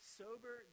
sober